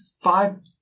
Five